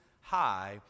High